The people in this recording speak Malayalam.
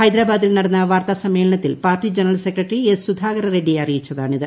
ഹൈദരാബാദിൽ നടന്ന വാർത്താ സമ്മേളനത്തിൽ party general secretary S Sudhakar Reddy അറിയിച്ചതാണിത്